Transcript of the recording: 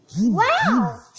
Wow